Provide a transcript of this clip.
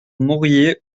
moriez